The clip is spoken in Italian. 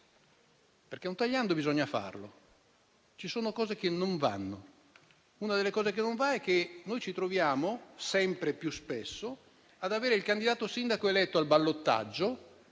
perché un tagliando bisogna farlo. Ci sono cose che non vanno. Una di esse è che ci troviamo, sempre più spesso, ad avere il candidato sindaco eletto al ballottaggio